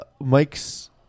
Mike's